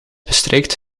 bestrijkt